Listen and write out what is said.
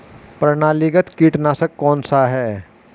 प्रणालीगत कीटनाशक कौन सा है?